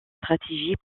stratégie